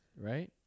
right